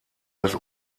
des